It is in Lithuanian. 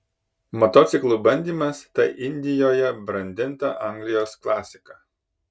motociklų bandymas tai indijoje brandinta anglijos klasika